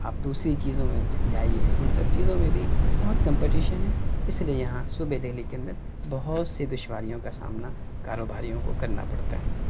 آپ دوسری چیزوں میں جائیے ان سب چیزوں میں بھی بہت کمپٹیشن ہے اس لیے یہاں صوبہ دہلی کے اندر بہت سے دشواریوں کا سامنا کاروباریوں کو کرنا پڑتا ہے